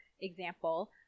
example